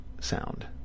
sound